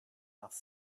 off